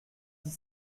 dix